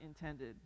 intended